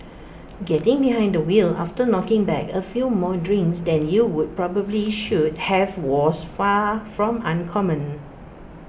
getting behind the wheel after knocking back A few more drinks than you would probably should have was far from uncommon